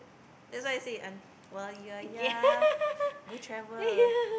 that's why I say un~ while you're young go travel